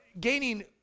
gaining